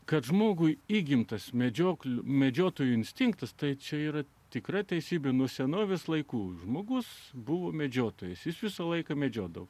kad žmogui įgimtas medžioklių medžiotojų instinktas tai čia yra tikra teisybė nuo senovės laikų žmogus buvo medžiotojas jis visą laiką medžiodavo